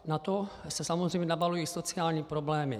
Na to se samozřejmě nabalují sociální problémy.